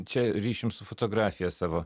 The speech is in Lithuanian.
čia ryšium su fotografija savo